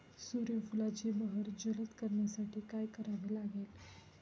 सूर्यफुलाची बहर जलद करण्यासाठी काय करावे लागेल?